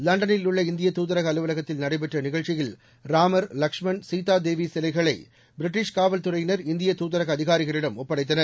லண்டனில் உள்ள இந்திய தூதரக அலுவலகத்தில் நடைபெற்ற நிகழ்ச்சியில் ராமர் லகஷ்மன் கீதா தேவி சிலைகளை பிரிட்டிஷ் காவல்துறையினர் இந்திய துதரக அதிகாரிகளிடம் ஒப்படைத்தனர்